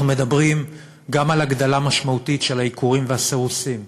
אנחנו מדברים גם על הגדלה משמעותית של העיקורים והסירוסים.